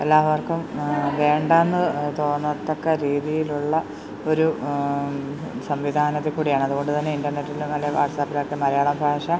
എല്ലാവർക്കും വേണ്ടായെന്ന് തോന്നത്തക്ക രീതിയിലുള്ള ഒരു സംവിധാനത്തിൽക്കൂടെയാണ് അതുകൊണ്ട് തന്നെ ഇൻ്റർനെറ്റിലോ അല്ലെങ്കിൽ വാട്സാപ്പിലോ മലയാളഭാഷ